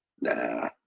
Nah